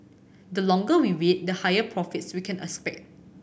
the longer we wait the higher profits we can expect